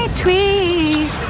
tweet